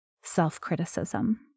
self-criticism